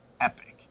epic